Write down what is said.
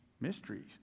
mysteries